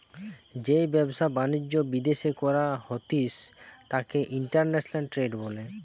যেই ব্যবসা বাণিজ্য বিদ্যাশে করা হতিস তাকে ইন্টারন্যাশনাল ট্রেড বলে